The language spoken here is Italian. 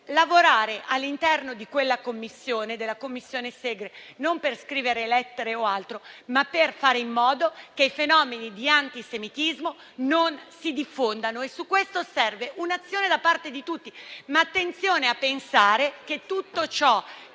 lavorare all'interno di quella Commissione presieduta dalla senatrice Segre non per scrivere lettere o altro, ma per fare in modo che i fenomeni di antisemitismo non si diffondano. Su questo serve un'azione da parte di tutti, ma facciamo attenzione a pensare che tutto ciò